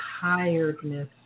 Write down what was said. tiredness